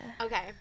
Okay